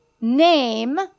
name